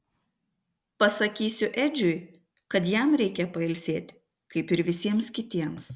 pasakysiu edžiui kad jam reikia pailsėti kaip ir visiems kitiems